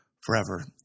forever